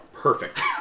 Perfect